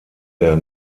der